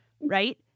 Right